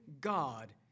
God